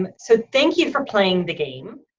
um so, thank you for playing the game.